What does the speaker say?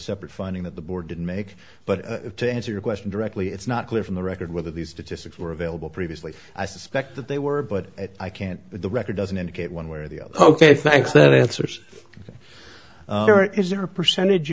separate finding that the board didn't make but to answer your question directly it's not clear from the record whether these statistics were available previously i suspect that they were but i can't the record doesn't indicate one way or the other ok thanks that answers your is there a percentage